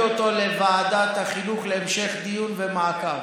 אותו לוועדת החינוך להמשך דיון ומעקב.